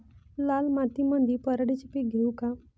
लाल मातीमंदी पराटीचे पीक घेऊ का?